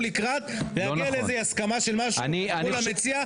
לקראת ולהגיע לאיזה הסכמה של דבר כלשהו מול המציע,